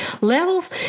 levels